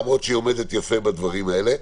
למרות שהיא עומדת יפה בדברים האלה.